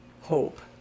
hope